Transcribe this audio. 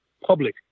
public